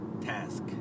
Task